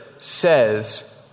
says